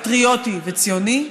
פטריוטי וציוני,